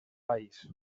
país